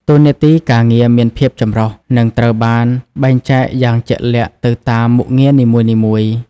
តួនាទីការងារមានភាពចម្រុះ និងត្រូវបានបែងចែកយ៉ាងជាក់លាក់ទៅតាមមុខងារនីមួយៗ។